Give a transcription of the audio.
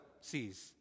sees